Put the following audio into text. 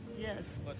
Yes